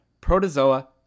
protozoa